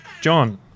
John